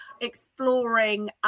exploring